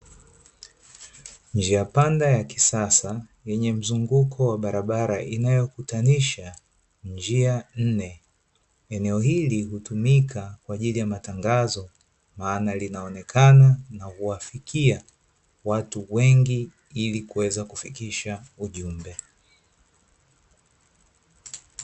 Njia panda ya kisasa, yenye mzunguko wa barabara inayokutanisha njia nne. Eneo hili hutumika kwa ajili ya matangazo, maana linaonekana na kuwafikia, watu wengi ili kuweza kufikisha ujumbe.